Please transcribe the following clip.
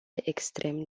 extrem